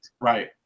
Right